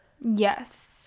Yes